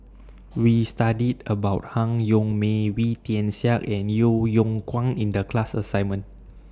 We studied about Han Yong May Wee Tian Siak and Yeo Yeow Kwang in The class assignment